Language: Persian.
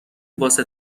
واسه